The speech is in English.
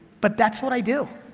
but that's what i do.